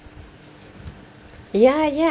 ya ya